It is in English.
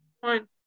Fine